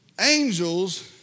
angels